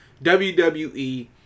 WWE